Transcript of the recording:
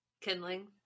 kindling